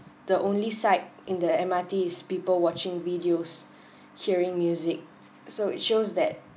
the only side in the M_R_T is people watching videos hearing music so it shows that